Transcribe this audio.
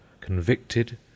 convicted